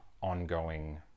ongoing